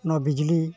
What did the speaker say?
ᱱᱚᱣᱟ ᱵᱤᱡᱽᱞᱤ